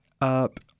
up